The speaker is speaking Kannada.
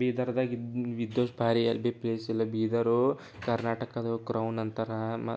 ಬೀದರ್ದಾಗೆ ವಿದ್ಯುತ್ ಭಾರಿ ಎಲ್ಲಿ ಬಿ ಪ್ಲೇಸ್ ಇಲ್ಲ ಬೀದರೂ ಕರ್ನಾಟಕದ ಕ್ರೌನ್ ಅಂತಾರೆ ಮ